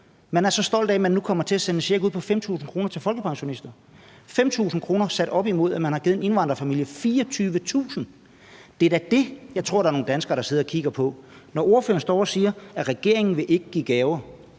så er man stolt af, at man nu kommer til at sende en check på 5.000 kr. ud til folkepensionister. Det er 5.000 kr. sat op imod, at man har givet en indvandrerfamilie 24.000 kr. Det er da det, jeg tror at nogle danskere sidder og kigger på, når ordføreren står og siger, at regeringen ikke vil give gaver.